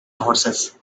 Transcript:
horses